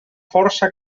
força